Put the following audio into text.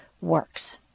works